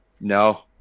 no